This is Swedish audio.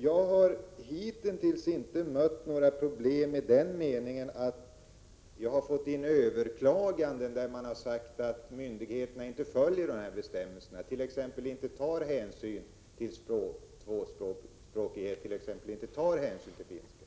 Jag har hitintills inte mött några problem i den meningen att vi skulle ha fått in överklaganden för att myndigheterna inte följer bestämmelsen, t.ex. inte tar hänsyn till tvåspråkighet eller kunskaper i finska.